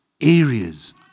areas